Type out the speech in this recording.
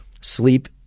Sleep